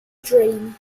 dream